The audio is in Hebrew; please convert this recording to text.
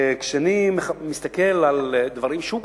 כשאני מסתכל על דברים שהוא כתב,